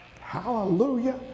Hallelujah